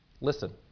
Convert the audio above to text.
Listen